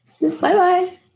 Bye-bye